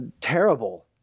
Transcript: terrible